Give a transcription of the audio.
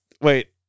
Wait